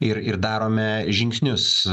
ir ir darome žingsnius